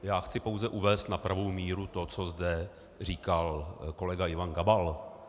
Já chci pouze uvést na pravou míru to, co zde říkal kolega Ivan Gabal.